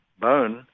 bone